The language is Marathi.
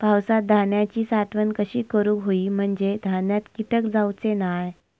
पावसात धान्यांची साठवण कशी करूक होई म्हंजे धान्यात कीटक जाउचे नाय?